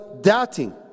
doubting